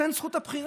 תן את זכות הבחירה.